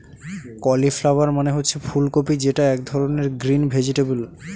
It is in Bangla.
কলিফ্লাওয়ার মানে হচ্ছে ফুল কপি যেটা এক ধরনের গ্রিন ভেজিটেবল